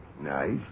Nice